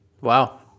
Wow